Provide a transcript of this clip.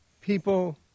people